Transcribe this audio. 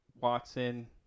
Watson